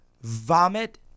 vomit